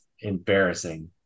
embarrassing